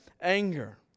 anger